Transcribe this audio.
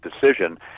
decision